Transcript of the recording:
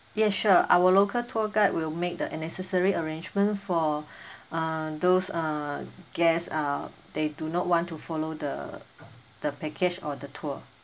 yes sure our local tour guide will make the necessary arrangements for uh those uh guest uh they do not want to follow the the package or the tour